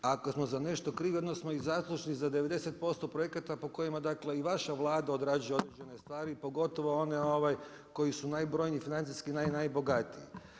Ako smo za nešto krivi, odmah smo i zaslužni za 90% projekata po kojima dakle i vaša Vlada odrađuje određene stvari pogotovo one koji su najbrojniji financijski najbogatiji.